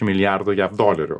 milijardų jav dolerių